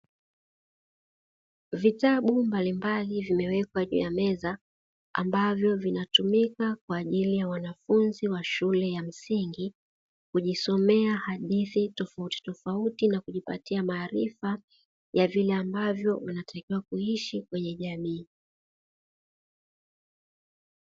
Vitabu mbalimbali vimewekwa juu ya meza ambavyo vinatumika kwa ajili ya wanafunzi wa shule ya msingi, kujisomea hadithi tofauti tofauti na kujipatia maarifa ya vile ambavyo unatakiwa kuisi kwenye jamii.